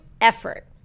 effort